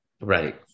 right